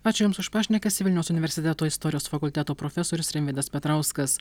ačiū jums už pašnekesį vilniaus universiteto istorijos fakulteto profesorius rimvydas petrauskas